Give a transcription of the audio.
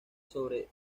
sobre